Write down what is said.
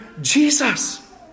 Jesus